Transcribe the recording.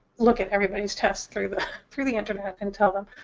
look at everybody's test through the through the internet and tell them.